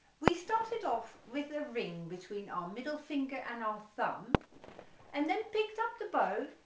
we started off with the ring between our middle finger and our thumb and then picked up the bow